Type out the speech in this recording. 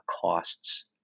costs